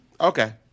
Okay